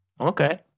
Okay